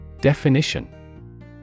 Definition